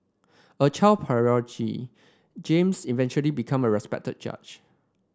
a child prodigy James eventually become a respected judge